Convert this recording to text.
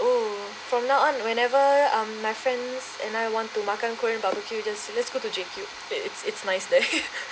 oh from now on whenever um my friends and I wants to makan korean barbeque just let's go to JCube it's it's nice there